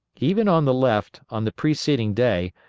even on the left, on the preceding day,